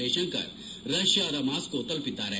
ಜ್ವೆಶಂಕರ್ ರಷ್ಯಾದ ಮಾಸ್ನೋ ತಲುಪಿದ್ದಾರೆ